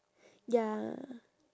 ya